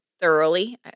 Thoroughly